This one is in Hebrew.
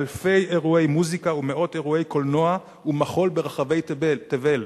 אלפי אירועי מוזיקה ומאות אירועי קולנוע ומחול ברחבי תבל.